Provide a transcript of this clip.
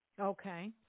Okay